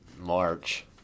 March